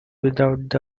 without